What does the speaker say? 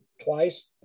twice